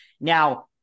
Now